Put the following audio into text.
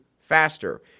faster